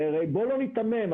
בואו לא ניתמם,